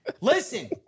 Listen